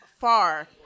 far